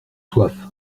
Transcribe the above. soif